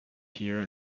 here